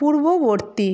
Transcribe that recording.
পূর্ববর্তী